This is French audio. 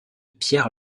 pierre